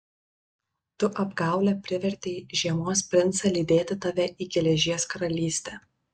tu apgaule privertei žiemos princą lydėti tave į geležies karalystę